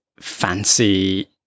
fancy